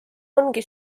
ongi